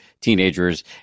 teenagers